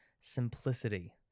simplicity